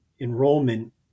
enrollment